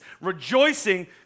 Rejoicing